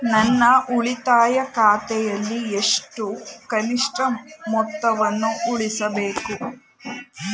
ನನ್ನ ಉಳಿತಾಯ ಖಾತೆಯಲ್ಲಿ ಎಷ್ಟು ಕನಿಷ್ಠ ಮೊತ್ತವನ್ನು ಉಳಿಸಬೇಕು?